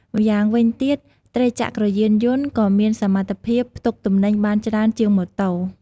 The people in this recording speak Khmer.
ម្យ៉ាងវិញទៀត ត្រីចក្រយានយន្តក៏មានសមត្ថភាពផ្ទុកទំនិញបានច្រើនជាងម៉ូតូ។